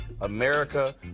America